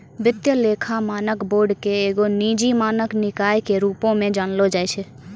वित्तीय लेखा मानक बोर्ड के एगो निजी मानक निकाय के रुपो मे जानलो जाय छै